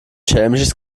schelmisches